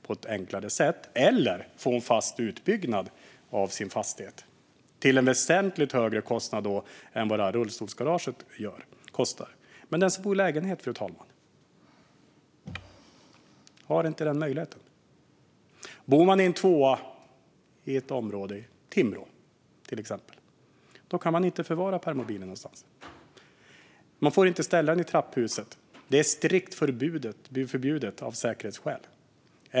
Den kan också få en fast utbyggnad av fastigheten till en väsentligt högre kostnad än vad ett rullstolsgarage kostar. Men den som bor i lägenhet, fru talman, har inte samma möjlighet. Om man bor i en tvåa i ett område i till exempel Timrå kan man inte förvara permobilen någonstans. Man får inte ställa den i trapphuset. Av säkerhetsskäl är det strikt förbjudet.